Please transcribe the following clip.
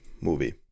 movie